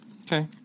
Okay